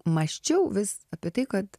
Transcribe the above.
mąsčiau vis apie tai kad